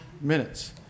minutes